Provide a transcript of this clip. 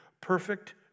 perfect